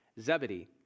Zebedee